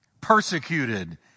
persecuted